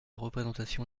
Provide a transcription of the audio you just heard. représentation